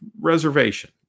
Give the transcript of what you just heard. reservation